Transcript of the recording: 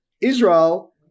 Israel